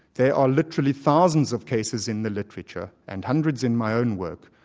there are literally thousands of cases in the literature, and hundreds in my own work,